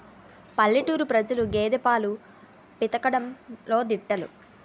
పల్లెటూరు ప్రజలు గేదె పాలు పితకడంలో దిట్టలు